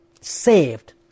saved